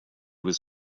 was